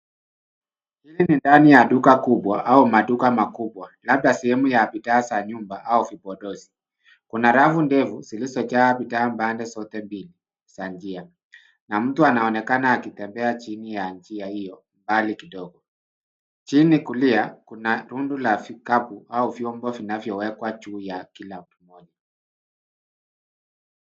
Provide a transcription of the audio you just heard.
Hili ni ndani ya duka kubwa au maduka makubwa, labda sehemu ya vifaa vya nyumba au vipondozi. Kuna rafu ndefu zilizojaa bidhaa pande zote mbili za njia na mtu anaonekana akitembea chini ya njia hiyo mbali kidogo. Chini kulia, kuna rundo la vitabu au vyombo vinavyo wekwa juu ya kila pamoja.